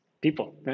people